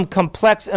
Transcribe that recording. complex